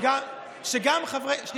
אז מה קורה, אבל?